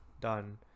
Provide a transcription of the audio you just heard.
done